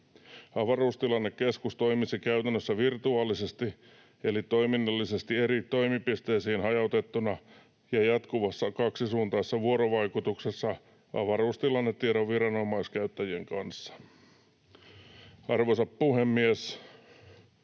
Avaruustilannekeskus toimisi käytännössä virtuaalisesti eli toiminnallisesti eri toimipisteisiin hajautettuna ja jatkuvassa kaksisuuntaisessa vuorovaikutuksessa avaruustilannetiedon viranomaiskäyttäjien kanssa. Arvoisa puhemies!